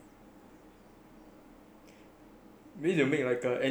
maybe they make like a N_U_S replica of Mindcraft